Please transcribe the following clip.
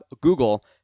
Google